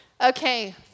Okay